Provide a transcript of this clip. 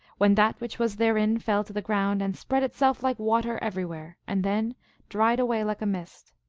when that which was therein fell to the ground, and spread it self like water everywhere, and then dried away like a mist.